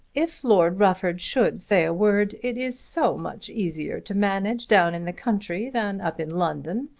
if lord rufford should say a word it is so much easier to manage down in the country than up in london.